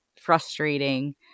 frustrating